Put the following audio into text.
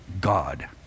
God